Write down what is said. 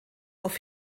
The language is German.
auf